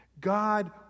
God